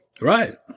Right